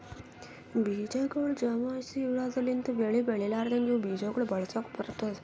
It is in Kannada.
ಬೀಜಗೊಳ್ ಜಮಾಯಿಸಿ ಇಡದ್ ಲಿಂತ್ ಬೆಳಿ ಬೆಳಿಲಾರ್ದಾಗ ಇವು ಬೀಜ ಗೊಳ್ ಬಳಸುಕ್ ಬರ್ತ್ತುದ